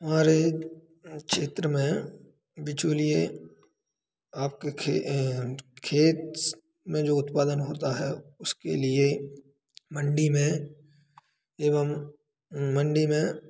हमारे क्षेत्र में बिचौलिए आपके खे खेत स में जो उत्पादन होता है उसके लिए मंडी में एवं मंडी में